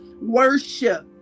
worship